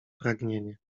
pragnienie